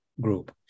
group